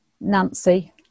Nancy